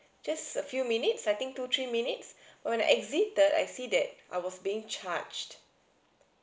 just a few minutes I think two three minutes when I exit the I see that I was being charged